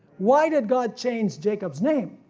why did god change jacob's name?